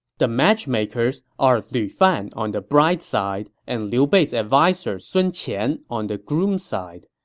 the matchmakers are lu fan on the bride's side, and liu bei's adviser sun qian on the groom's side.